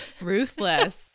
ruthless